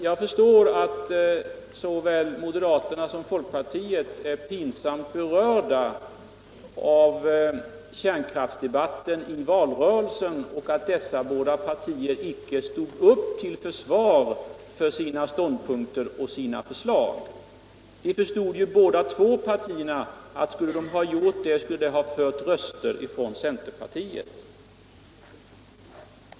Jag förstår att såväl moderaterna som folkpartiet är pinsamt berörda av kärnkraftsdebatten i valrörelsen av att dessa båda partier då icke stod upp till försvar för sina ståndpunkter och förslag. Båda partierna insåg ju att skulle de ha gjort det så skulle det fört röster från centerpartiet.